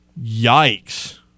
Yikes